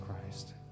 Christ